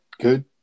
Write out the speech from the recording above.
good